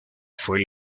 fue